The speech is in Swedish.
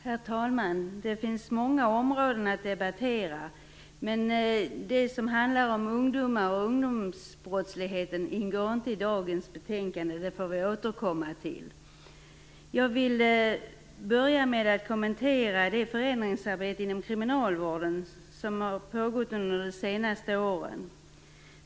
Herr talman! Det finns många områden att debattera. Men det som handlar om ungdomar och ungdomsbrottslighet ingår inte i dagens betänkande, så det får vi återkomma till. Jag vill börja med att kommentera det förändringsarbete inom kriminalvården som pågått under de senaste åren.